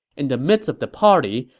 in the midst of the party,